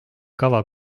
kava